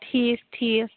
ٹھیٖک ٹھیٖک